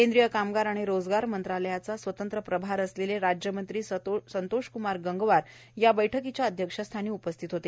केंद्रीय कामगार आणि रोजगार मंत्रालायाचा स्वतंत्र प्रभार असलेले राज्यमंत्री संतोष क्मार गंगवार या बैठकीच्या अध्यक्षस्थानी उपस्थित होते